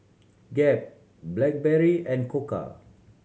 Gap Blackberry and Koka